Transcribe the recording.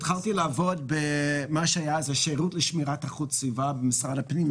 התחלתי לעבוד במה שהיה אז השירות לשמירת איכות סביבה במשרד הפנים,